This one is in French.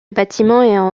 bâtiment